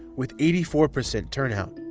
with eighty four percent turnout